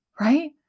right